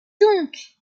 donc